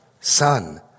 son